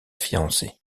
fiancée